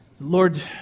Lord